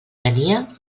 tenia